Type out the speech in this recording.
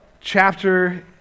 chapter